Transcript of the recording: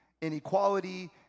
inequality